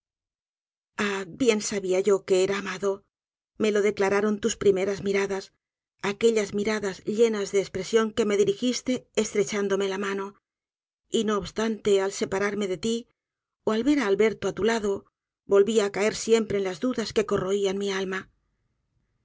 bien sabía yo que era amado me lo declararon tus primeras miradas aquellas miradas llenas de espresion que me dirigiste estrechándome la mano y no obstante al separarme de ti ó al ver á alberto á tu lado volvía á caer siempre en las dudas que corroian mi alma